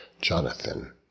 Jonathan